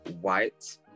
white